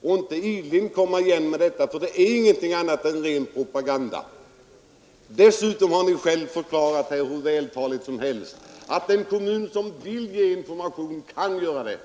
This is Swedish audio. och inte ideligen komma igen, för detta är ingenting annat än ren propaganda. Dessutom har ni själva förklarat hur vältaligt som helst, att den kommun som vill ge information kan göra det.